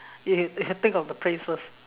you you you think of the phrase first